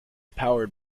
powered